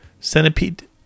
Centipede